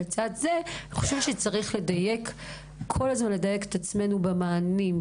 לצד זה חשוב כל הזמן לדייק את עצמנו במענים,